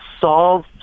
solved